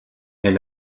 est